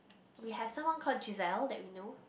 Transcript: we have someone called Giselle that we know